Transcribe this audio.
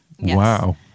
Wow